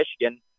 Michigan